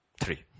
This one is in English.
Three